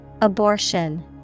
Abortion